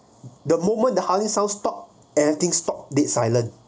the moment the howling sound stop anything stopped dead silent